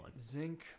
Zinc